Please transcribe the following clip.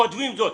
כותבים זאת.